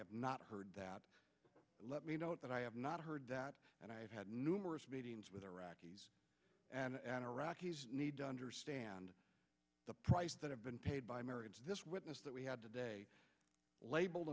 have not heard that let me note that i have not heard that and i have had numerous meetings with iraqis and iraqis need to understand the price that have been paid by americans this witness that we had today labeled